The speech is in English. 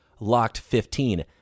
LOCKED15